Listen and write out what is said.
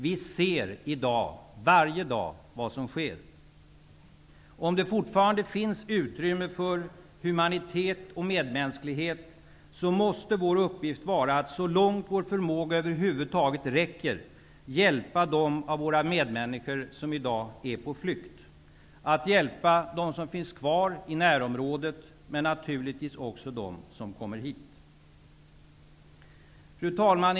Vi ser varje dag vad som sker. Om det fortfarande finns utrymme för humanitet och medmänsklighet måste vår uppgift vara att, så långt vår förmåga över huvud taget räcker, hjälpa dem av våra medmänniskor som i dag är på flykt. Att hjälpa dem som finns kvar i närområdet, men naturligtvis också dem som kommer hit. Fru talman!